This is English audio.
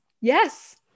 Yes